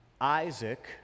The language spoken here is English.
Isaac